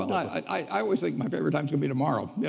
i always think my favorite time's gonna be tomorrow. yeah